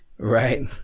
right